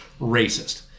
racist